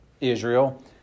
Israel